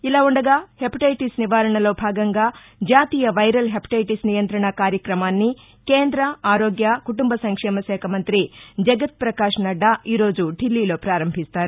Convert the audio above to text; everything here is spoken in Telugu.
ఇలా ఉండగా హెప్టైటీస్ నివారణలో భాగంగా జాతీయ వైరల్ హెప్టైటీస్ నియం్రణ కార్యక్రమాన్ని కేంద్ర ఆరోగ్య కుటుంబ సంక్షేమ శాఖ మంత్రి జగత్ ప్రకాష్ నడ్గా ఈ రోజు ఢిల్లీలో ప్రారంభిస్తున్నారు